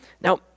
Now